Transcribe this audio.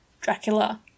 Dracula